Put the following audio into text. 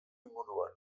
inguruan